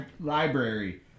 Library